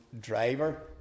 driver